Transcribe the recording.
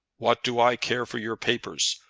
what do i care for your papers?